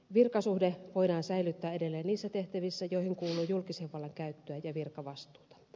virkasuhde voidaan säilyttää edelleen niissä tehtävissä joihin kuuluu julkisen vallan käyttöä ja virkavastuuta